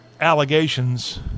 allegations